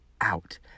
out